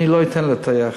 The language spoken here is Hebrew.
אני לא אתן לטייח.